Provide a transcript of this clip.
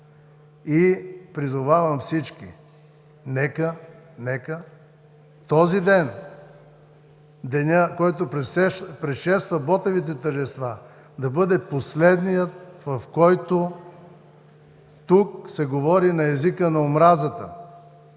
и призовавам всички – нека този ден, денят, предшестващ Ботевите тържества, да бъде последният, в който тук се говори на езика на омразата.